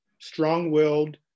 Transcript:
strong-willed